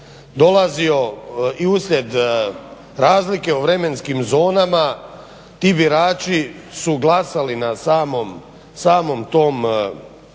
dolazio i uslijed razlike u vremenskim zonama ti birači su glasali na samom tom brodu